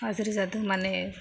गाज्रि जादों माने